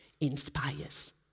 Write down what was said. inspires